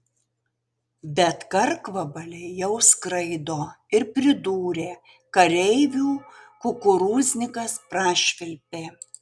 bet karkvabaliai jau skraido ir pridūrė kareivių kukurūznikas prašvilpė